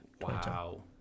Wow